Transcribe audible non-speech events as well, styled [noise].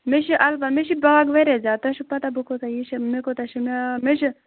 مےٚ چھِ [unintelligible] مےٚ چھِ باغ واریاہ زیاد تۄہہِ چھَو پَتاہ بہٕ کۭژاہ یہِ چھَس مےٚ کوٗتاہ چھُ مےٚ مےٚ چھُ